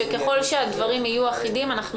ככל שהדברים יהיו אחידים, אנחנו